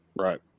Right